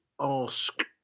ask